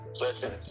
listen